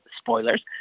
spoilers